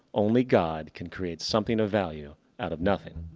only god can create something of value out of nothing.